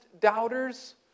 doubters